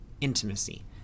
intimacy